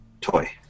toy